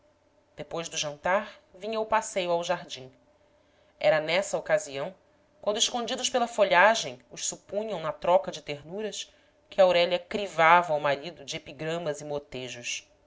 depois do jantar vinha o passeio ao jardim era nessa ocasião quando escondidos pela folhagem os supunham na troca de ternuras que aurélia crivava o marido de epigramas e motejos